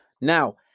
Now